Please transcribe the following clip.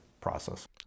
process